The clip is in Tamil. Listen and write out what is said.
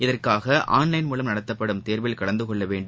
இதற்காகஆன்லைன் மூலம் நடத்தப்படும் தேர்வில் கலந்துகொள்ளவேண்டும்